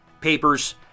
papers